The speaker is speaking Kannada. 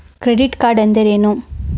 ಕ್ರೆಡಿಟ್ ಕಾರ್ಡ್ ಎಂದರೇನು?